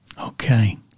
Okay